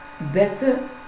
Better